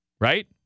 Right